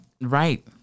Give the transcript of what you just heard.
right